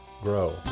grow